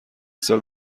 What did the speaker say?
سال